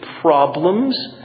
problems